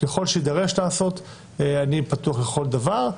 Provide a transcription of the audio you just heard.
ככל שיידרש לעשות, אני פתוח לכל דבר.